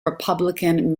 republican